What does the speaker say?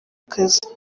kazi